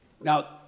Now